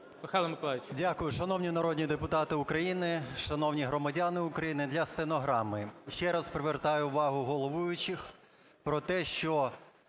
Дякую. Шановні народні депутати України, шановні громадяни України! Для стенограми. Ще раз привертаю увагу головуючих про те, що